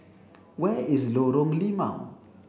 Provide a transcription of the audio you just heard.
where is Lorong Limau